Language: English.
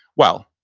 well,